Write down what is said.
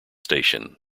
station